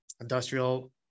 industrial